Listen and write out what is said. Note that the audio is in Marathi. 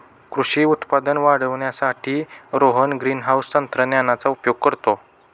कृषी उत्पादन वाढवण्यासाठी रोहन ग्रीनहाउस तंत्रज्ञानाचा उपयोग करतो